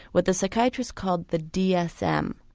what the psychiatrists called the dsm,